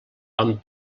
amb